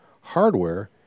hardware